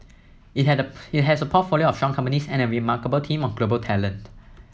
it had it has a portfolio of strong companies and a remarkable team of global talent